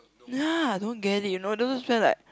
ya don't get it you know doesn't spend like